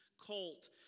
colt